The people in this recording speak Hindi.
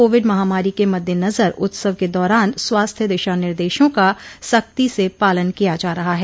कोविड महामारी के मद्देनजर उत्सव के दौरान स्वास्थ्य दिशा निर्देशों का सख्ती से पालन किया जा रहा है